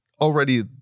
already